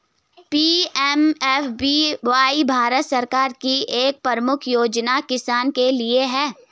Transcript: PMFBY Bharat सरकार की एक प्रमुख योजना किसानों के लिए है